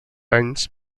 anys